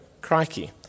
Crikey